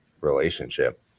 relationship